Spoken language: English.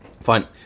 Fine